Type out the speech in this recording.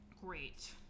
Great